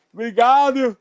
Obrigado